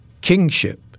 kingship